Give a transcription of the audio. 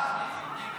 התשפ"ה 2024,